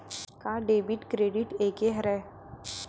का debit credit एके हरय?